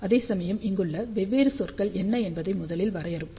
அதேசமயம் இங்குள்ள வெவ்வேறு சொற்கள் என்ன என்பதை முதலில் வரையறுப்போம்